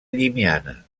llimiana